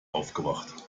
aufgewacht